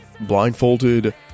Blindfolded